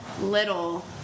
little